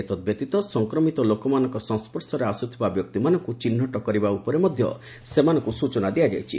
ଏହା ବ୍ୟତୀତ ସଂକ୍ରମିତ ଲୋକମାନଙ୍କ ସଂସ୍ୱର୍ଶରେ ଆସୁଥିବା ବ୍ୟକ୍ତିମାନଙ୍କୁ ଚିହ୍ନଟ କରିବା ଉପରେ ମଧ୍ୟ ସେମାନଙ୍କୁ ସୂଚନା ଦିଆଯାଇଛି